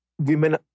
women